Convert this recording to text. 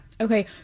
Okay